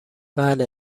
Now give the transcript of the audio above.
بله